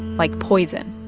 like poison.